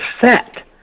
set